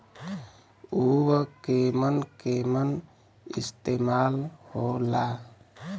उव केमन केमन इस्तेमाल हो ला?